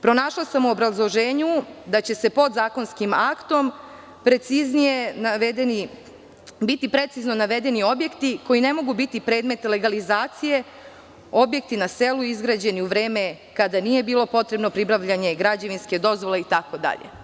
Pronašla sam u obrazloženju da će podzakonskim aktom biti precizno navedeni objekti koji ne mogu biti predmet legalizacije - objekti na selu izgrađeni u vreme kada nije bilo potrebno pribavljanje građevinske dozvole itd.